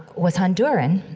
was honduran.